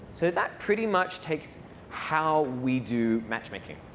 so that pretty much takes how we do matchmaking.